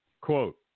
Quote